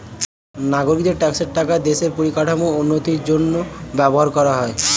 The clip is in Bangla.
নাগরিকদের ট্যাক্সের টাকা দেশের পরিকাঠামোর উন্নতির জন্য ব্যবহার করা হয়